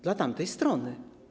Dla tamtej strony.